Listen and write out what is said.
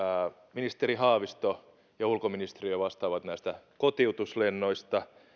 ministeri haavisto ja ulkoministeriö vastaavat näistä kotiutuslennoista